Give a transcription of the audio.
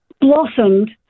blossomed